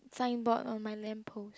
signboard on my lamp post